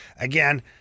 again